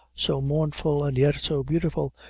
so mournful, and yet so beautiful,